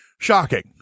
Shocking